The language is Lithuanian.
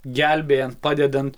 gelbėjant padedant